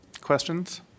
questions